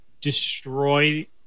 destroy